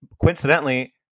coincidentally